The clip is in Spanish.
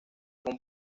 con